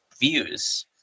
views